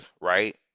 right